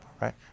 right